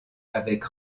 avec